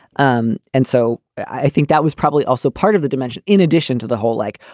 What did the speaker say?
um and so i think that was probably also part of the dimension in addition to the whole like,